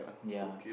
ya